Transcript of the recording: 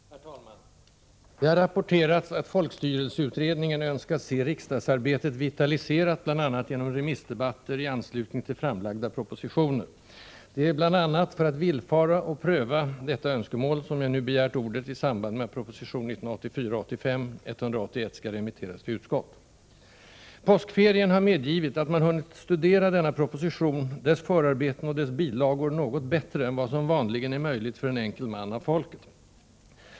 Herr talman! Det har rapporterats att folkstyrelseutredningen önskat se riksdagsarbetet vitaliserat bl.a. genom remissdebatter i anslutning till framlagda propositioner. Det är bl.a. för att villfara, och pröva, detta önskemål som jag nu begärt ordet i samband med att proposition 1984/85:181 skall remitteras till utskott. Påskferien har medgivit att man hunnit studera denna proposition, dess förarbeten och dess bilagor, något bättre än vad som vanligen är möjligt för en enkel man av folket.